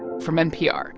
from npr